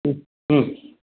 ह्म् ह्म्